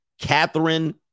Catherine